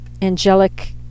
angelic